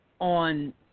on